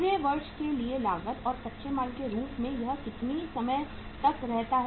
पूरे वर्ष के लिए लागत और कच्चे माल के रूप में यह कितने समय तक रहता है